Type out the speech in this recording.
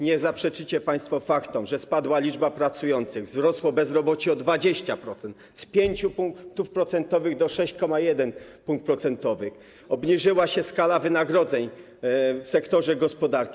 Nie zaprzeczycie państwo faktom: spadła liczba pracujących, wzrosło bezrobocie o 20% - z 5 punktów procentowych do 6,1 punktu procentowego, obniżyła się skala wynagrodzeń w sektorze gospodarki.